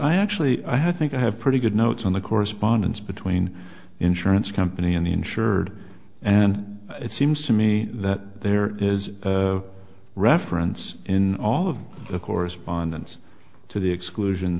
i actually i think i have pretty good notes on the correspondence between insurance company and the insured and it seems to me that there is a reference in all of the correspondence to the exclusion